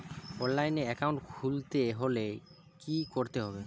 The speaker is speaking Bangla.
অনলাইনে একাউন্ট খুলতে হলে কি করতে হবে?